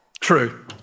true